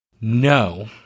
No